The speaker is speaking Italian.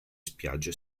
spiagge